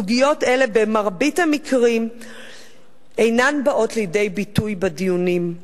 סוגיות אלה במרבית המקרים אינן באות לידי ביטוי בדיונים.